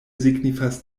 signifas